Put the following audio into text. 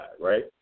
Right